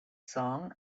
song